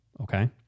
Okay